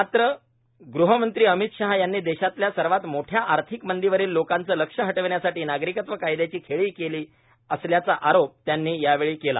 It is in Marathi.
मात्र ग्हमंत्री अमित शाह यांनी देशातल्या सर्वात मोठ्या आर्थिक मंदीवरील लोकांच लक्ष हटवण्यासाठी नागरिकत्व कायद्याची खेळी केला असल्याचा आरोप त्यांनी यावेळी केला